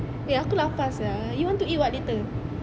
eh aku lapar sia you want to eat what later